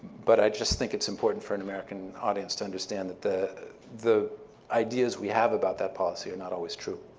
but i just think it's important for an american audience to understand that the the ideas we have about that policy are not always true.